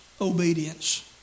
obedience